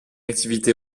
activité